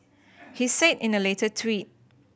he said in a later tweet